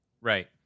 Right